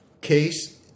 case